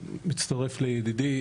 מצטרף לידידי.